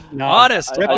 Honest